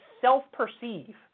self-perceive